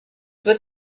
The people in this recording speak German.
wird